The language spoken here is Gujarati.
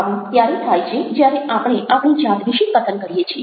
આવું ત્યારે થાય છે જ્યારે આપણે આપણી જાત વિશે કથન કરીએ છીએ